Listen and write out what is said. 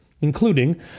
including